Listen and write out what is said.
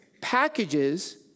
packages